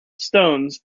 stones